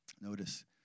Notice